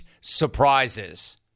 surprises